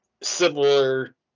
similar